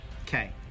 Okay